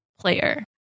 player